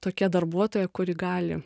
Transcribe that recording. tokia darbuotoja kuri gali